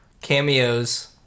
cameos